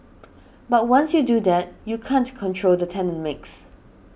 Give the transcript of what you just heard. but once you do that you can't control the tenant mix